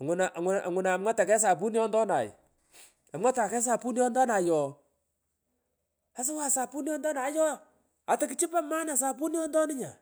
ingumini ungunan amwata kegh sapuniondonay mwataa kogu sapuniondonaj ooh asuwan sapuniondonay ayoo atukuchopo mana sapuniondaru nyaa.